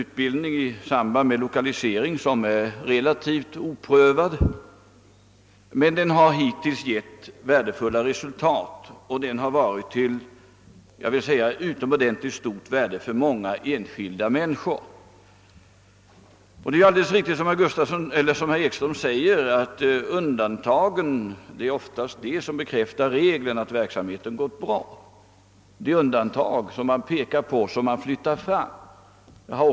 Utbildning i samband med lokalisering är en relativt oprövad verksamhet, men den har hittills givit goda resultat och varit till utomordentligt stort värde för många enskilda människor. Som herr Ekström sade är det oftast undantagen som bekräftar regeln, och detta gäller också här. Verksamheten har gått bra med de undantag som herr Ekström pekat på och dragit fram i ljuset.